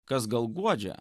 kas gal guodžia